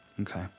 Okay